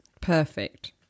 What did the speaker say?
perfect